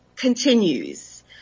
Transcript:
Continues